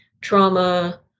trauma